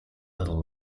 little